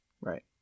Right